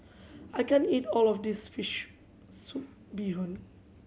I can't eat all of this fish soup bee hoon